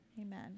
Amen